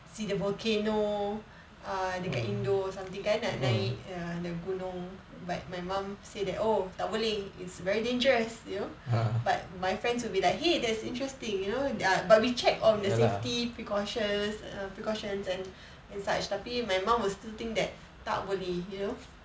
see the volcano err dekat indo something kan nak naik err the gunung but my mum say that oh tak boleh it's very dangerous you know but my friends will be like !hey! that's interesting you know ya but we check all the safety precautions err precautions and such tapi my mum will still think that tak boleh you know